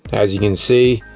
as you can see,